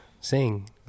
Sing